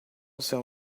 seu